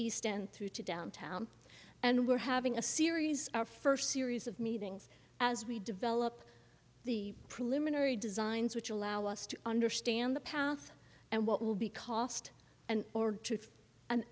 east end through to downtown and we're having a series our first series of meetings as we develop the preliminary designs which allow us to understand the path and what will be cost and or truth and